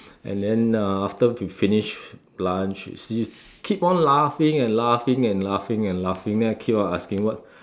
and then uh after we finish lunch she still keep on laughing and laughing and laughing and laughing then I keep on asking what